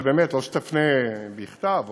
או שתפנה בכתב או,